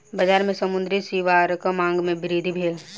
बजार में समुद्री सीवरक मांग में वृद्धि भेल